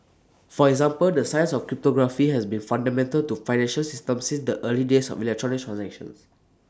for example the science of cryptography has been fundamental to financial system since the early days of electronic transactions